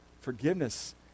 Forgiveness